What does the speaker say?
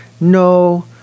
No